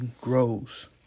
grows